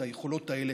את היכולות האלה.